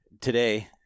today